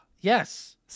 yes